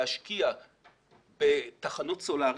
להשקיע בתחנות סולריות,